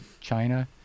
China